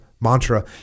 mantra